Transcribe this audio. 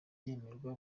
bigenwa